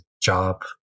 job